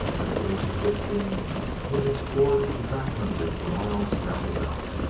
at the age of fifteen he had explored the back country for miles roundabout.